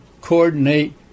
coordinate